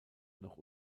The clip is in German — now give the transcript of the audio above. noch